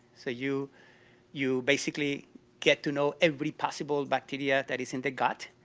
so you you basically get to know every possible bacteria that is in the gut,